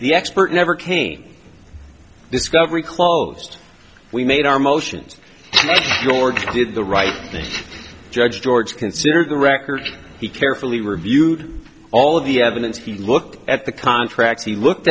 the expert never came discovery closed we made our motions george did the right thing judge george considered the record he carefully reviewed all of the evidence he looked at the contracts he looked